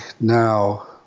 now